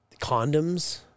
Condoms